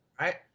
right